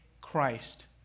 Christ